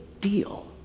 deal